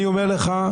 אני אומר לך,